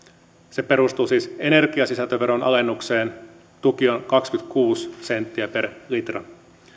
se perustuu siis energiasisältöveron alennukseen tuki on kaksikymmentäkuusi senttiä per litra